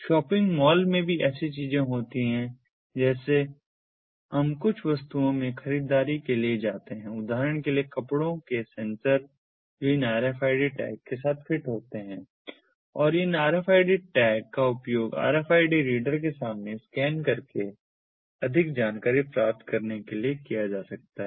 shopping mall में भी ऐसी ही चीजें होती हैं जैसे हम कुछ वस्तुओं में ख़रीददारी के लिए जाते हैं उदाहरण के लिए कपड़ों के सेंसर जो इन RFID टैग के साथ फिट होते हैं और इन RFID ID टैग का उपयोग आरएफआईडी रीडर के सामने स्कैन करके और अधिक जानकारी प्राप्त करने के लिए किया जा सकता है